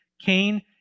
Cain